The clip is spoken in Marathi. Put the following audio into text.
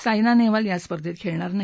सायना नेहवाल या स्पर्धेत खेळणार नाही